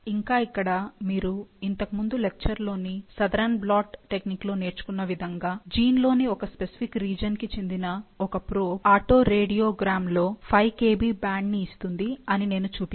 ఇంకా ఇక్కడ మీరు ఇంతకు ముందు లెక్చర్ లోని సదరన్ బ్లాట్ టెక్నిక్ లో నేర్చుకున్న విధంగా జీన్ లోని ఒక స్పెసిఫిక్ రీజన్ కి చెందిన ఒక ప్రోబ్ ఆటో రేడియోగ్రామ్లో 5 Kb బ్యాండ్ని ఇస్తుంది అని నేను చూపించాను